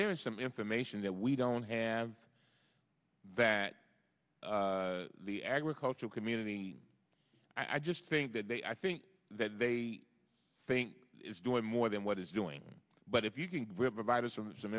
there is some information that we don't have that the agricultural community i just think that they i think that they think it's doing more than what it's doing but if you can we have provided some some